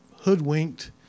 hoodwinked